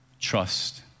trust